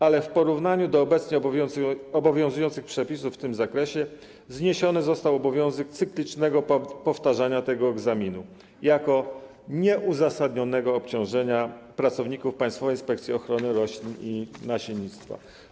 Ale w porównaniu z obecnie obowiązującymi przepisami w tym zakresie zniesiony został obowiązek cyklicznego powtarzania tego egzaminu jako nieuzasadnionego obciążenia pracowników Państwowej Inspekcji Ochrony Roślin i Nasiennictwa.